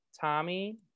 Tommy